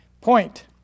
Point